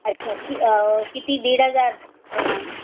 अच्छा कि किती दीड हजार प्रमाणे